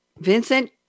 Vincent